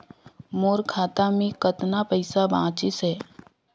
मोर खाता मे कतना पइसा बाचिस हे?